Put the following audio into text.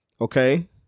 Okay